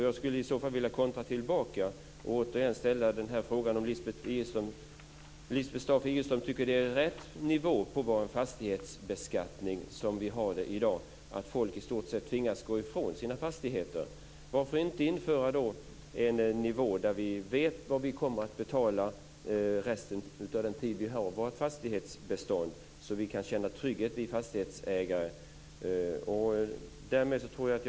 Jag vill i så fall kontra och fråga om Lisbeth Staaf-Igelström tycker att det i dag är en riktig nivå på vår fastighetsbeskattning. Folk tvingas ju gå ifrån sina fastigheter. Varför inte införa en nivå som innebär att vi vet vad vi kommer att betala resten av den tid vi har vårt fastighetsbestånd, så att vi fastighetsägare kan känna trygghet?